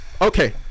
Okay